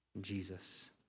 Jesus